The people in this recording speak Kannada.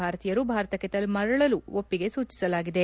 ಭಾರತೀಯರು ಭಾರತಕ್ಕೆ ಮರಳಲು ಒಪ್ಪಿಗೆ ಸೂಚಿಸಲಾಗಿದೆ